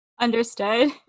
Understood